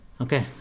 Okay